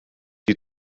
die